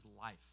life